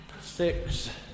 six